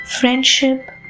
friendship